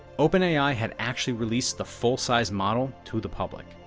openai had actually released the full-sized model to the public.